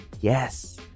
Yes